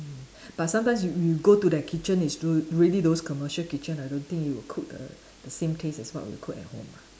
mm but sometimes you you go to their kitchen is re~ really those commercial kitchen I don't think you will cook the the same taste as what we'll cook at home ah